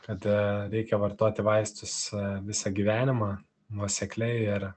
kad reikia vartoti vaistus visą gyvenimą nuosekliai ir